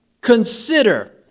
Consider